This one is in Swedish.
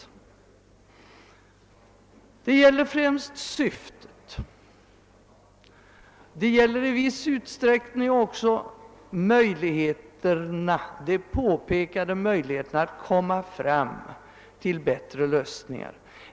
Det gäller främst syftet, och det gäller i viss utsträckning även de påpekade möjligheterna att komma fram till bättre lösningar.